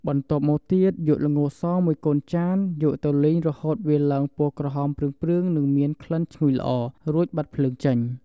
បន្ទាត់មកទៀតយកល្ងរសមួយកូនចានយកទៅលីងរហូតវាឡើងពណ៌ក្រហមព្រឿងៗនិងមានក្លិនឈ្ងុយល្អរួចបិទភ្លើងចេញ។